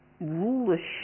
rulership